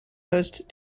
host